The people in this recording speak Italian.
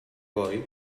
poi